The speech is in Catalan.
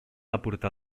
aportar